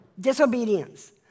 Disobedience